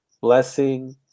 Blessing